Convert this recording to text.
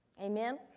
Amen